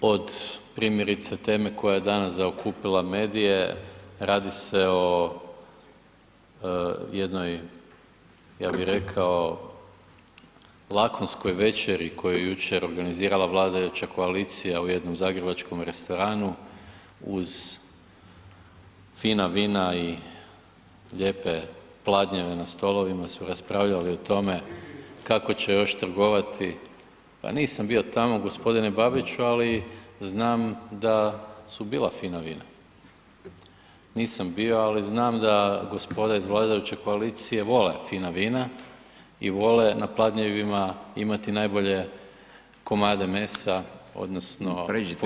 od primjerice teme koja je danas zaokupila medije, radi se o jednoj, ja bi rekao lakonskoj večeri koju je jučer organizirala vladajuća koalicija u jednom zagrebačkom restoranu uz fina vina i lijepe pladnjeve na stolovima, su raspravljali o tome kako će još trgovati … [[Upadica iz klupe se ne razumije]] pa nisam bio tamo g. Babiću, ali znam da su bila fina vina, nisam bio, ali znam da gospoda iz vladajuće koalicije vole fina vina i vole na pladnjevima imati najbolje komade mesa odnosno porcije koje…